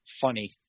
funny